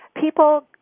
People